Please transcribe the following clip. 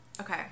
Okay